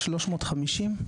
350,